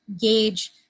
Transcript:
gauge